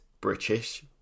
British